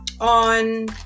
on